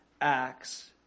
Acts